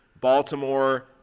Baltimore